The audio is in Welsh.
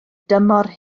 dymor